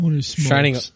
shining